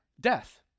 death